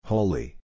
Holy